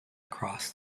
across